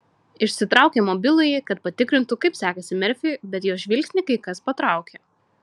išsitraukė mobilųjį kad patikrintų kaip sekasi merfiui bet jos žvilgsnį kai kas patraukė